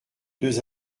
deux